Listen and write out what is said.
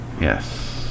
yes